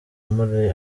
muri